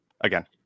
again